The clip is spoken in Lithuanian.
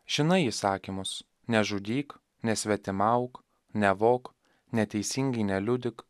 žinai įsakymus nežudyk nesvetimauk nevok neteisingai neliudyk